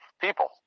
people